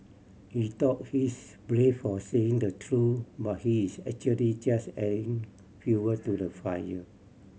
he thought he's brave for saying the truth but he is actually just adding fuel to the fire